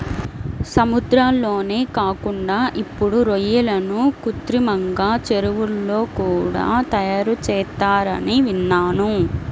సముద్రాల్లోనే కాకుండా ఇప్పుడు రొయ్యలను కృత్రిమంగా చెరువుల్లో కూడా తయారుచేత్తన్నారని విన్నాను